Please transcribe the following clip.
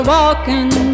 walking